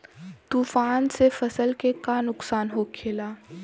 तूफान से फसल के का नुकसान हो खेला?